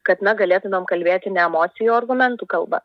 kad na galėtumėm kalbėti ne emocijų o argumentų kalba